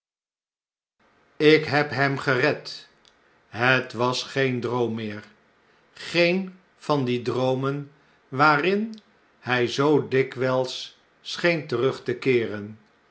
ik heb hem gered het was geen droom meer geen van die droomen waarin hij zoo dikwijls scheen terug te keeren